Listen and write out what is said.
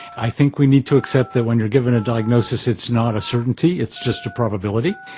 i think we need to accept that when you're given a diagnosis it's not a certainty, it's just a probability.